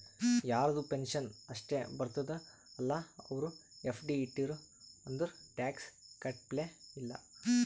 ಯಾರದು ಪೆನ್ಷನ್ ಅಷ್ಟೇ ಬರ್ತುದ ಅಲ್ಲಾ ಅವ್ರು ಎಫ್.ಡಿ ಇಟ್ಟಿರು ಅಂದುರ್ ಟ್ಯಾಕ್ಸ್ ಕಟ್ಟಪ್ಲೆ ಇಲ್ಲ